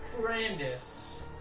Brandis